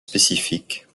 spécifiques